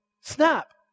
snap